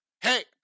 Hey